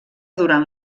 durant